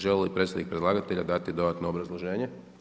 Želi li predstavnik predlagatelja dati dodatno obrazloženje?